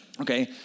Okay